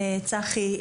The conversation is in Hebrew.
צחי,